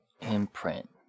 imprint